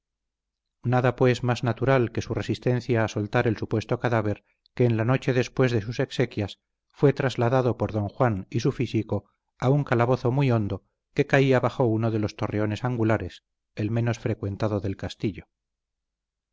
nada pues más natural que su resistencia a soltar el supuesto cadáver que en la noche después de sus exequias fue trasladado por don juan y su físico a un calabozo muy hondo que caía bajo uno de los torreones angulares el menos frecuentado del castillo